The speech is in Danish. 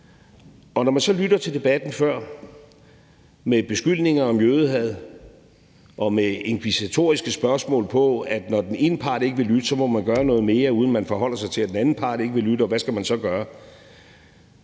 Når vi så lytter til debatten før med beskyldninger om jødehad og med inkvisitoriske spørgsmål om, at når den ene part ikke vil lytte, så må man gøre noget mere, uden at man forholder sig til, at den anden part ikke vil lytte, og hvad der så skal gøres,